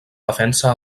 defensa